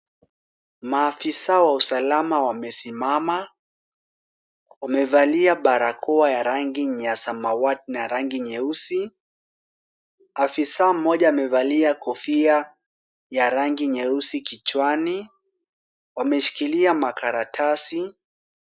Maafisa wa usalama wamesimama. Wamevalia barakoa ya rangi ya samawati na ya rangi nyeusi. Afisa mmoja amevalia kofia ya rangi nyeusi kichwani. Wameshikilia makaratasi.